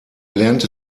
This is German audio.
lernte